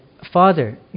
Father